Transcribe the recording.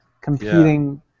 competing